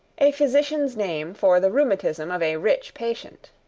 a physician's name for the rheumatism of a rich patient.